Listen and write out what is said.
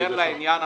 דבר לעניין.